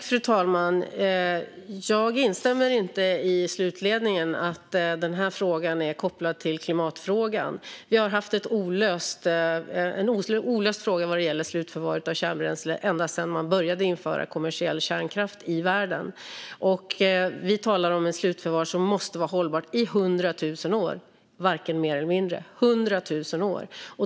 Fru talman! Jag instämmer inte i slutledningen att den här frågan är kopplad till klimatfrågan. Slutförvaret av kärnbränsle har varit en olöst fråga ända sedan man började införa kommersiell kärnkraft i världen. Vi talar om ett slutförvar som måste vara hållbart i 100 000 år, varken mer eller mindre - 100 000 år!